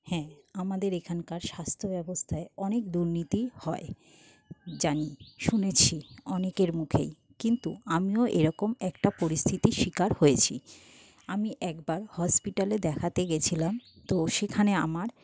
হ্যাঁ আমাদের এখানকার স্বাস্থ্য ব্যবস্থায় অনেক দুর্নীতি হয় জানি শুনেছি অনেকের মুখেই কিন্তু আমিও এরকম একটা পরিস্থিতির শিকার হয়েছি আমি একবার হসপিটালে দেখাতে গেছিলাম তো সেখানে আমার